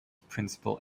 principal